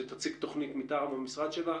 שתציג תוכנית מטעם המשרד שלה.